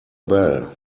bell